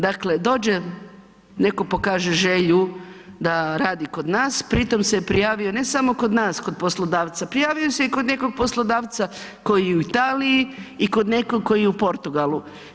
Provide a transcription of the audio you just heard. Dakle, dođe, netko pokaže želju da radi kod nas, pritom se prijavio ne samo kod nas, kod poslodavca, prijavio se i kod nekog poslodavca koji je u Italiji i kod nekog koji je u Portugalu.